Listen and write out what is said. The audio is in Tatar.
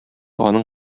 аның